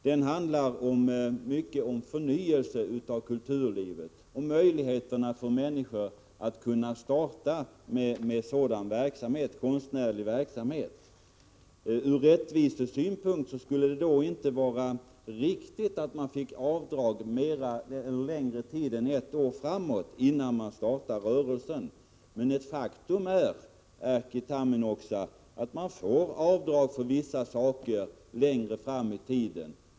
Den handlar i stor utsträckning om förnyelse av kulturlivet och möjligheterna för människor att starta konstnärlig verksamhet. Ur rättvisesynpunkt skulle det då inte vara riktigt att man, innan man startar rörelsen, fick avdrag längre tid än ett år framåt. Faktum är, Erkki Tammenoksa, att man redan nu får avdrag för vissa saker längre fram i tiden.